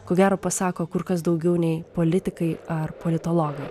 ko gero pasako kur kas daugiau nei politikai ar politologai